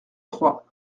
trois